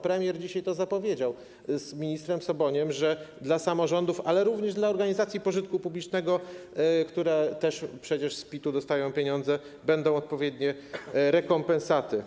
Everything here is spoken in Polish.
Premier dzisiaj to zapowiedział wraz z ministrem Soboniem, że dla samorządów, ale również dla organizacji pożytku publicznego, które też przecież z PIT-u dostają pieniądze, będą odpowiednie rekompensaty.